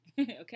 okay